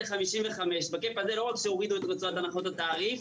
סיטי בקהילה כדי לא לשלוח ולחסוך את האלפות האלה והתקציבים האלה.